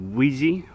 Wheezy